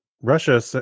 russia